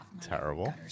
terrible